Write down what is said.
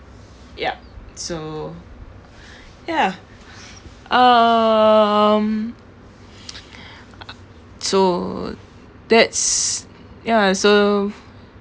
ya so ya um I~ so that's ya so